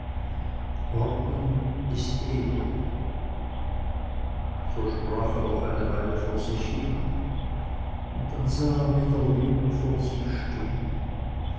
ordnung ist ehe so sprach er noch eine weile vor sich hin und dann sah er wieder lene vor sich stehn